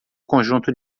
conjunto